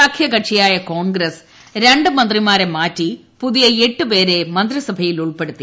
സഖ്യകക്ഷിയായ കോൺഗ്രസ് രണ്ട് മന്ത്രിമാരെ മാറ്റി പുതിയ എട്ട് പേരെ മന്ത്രിസഭയിൽ ഉൾപ്പെടുത്തി